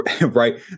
right